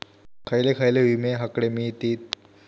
खयले खयले विमे हकडे मिळतीत?